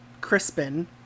Crispin